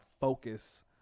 focus